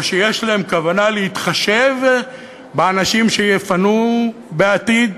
או שיש להם כוונה להתחשב באנשים שיפנו בעתיד